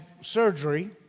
surgery